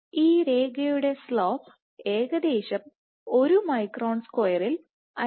ഈ രേഖയുടെ സ്ലോപ് ഏകദേശം ഒരു മൈക്രോൺ സ്ക്വയറിൽ 5